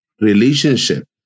relationship